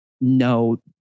no